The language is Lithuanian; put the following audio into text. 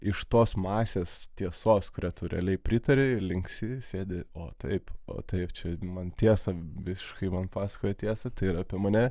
iš tos masės tiesos kuriai tu realiai pritaria linksi sėdi o taip o taip čia man tiesą visiškai man pasakojo tiesa tai yra apie mane